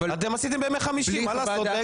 אתם קיימתם אותם בימי חמישי והגענו.